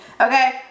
okay